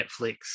Netflix